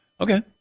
Okay